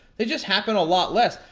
they just happen a lot less.